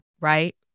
right